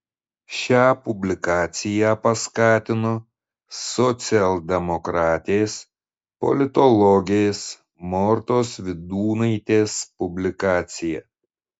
šią publikaciją paskatino socialdemokratės politologės mortos vydūnaitės publikacija